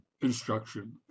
instruction